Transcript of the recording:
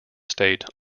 state